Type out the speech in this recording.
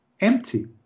empty